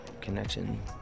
connection